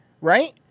right